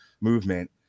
movement